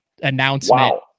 announcement